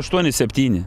aštuoni septyni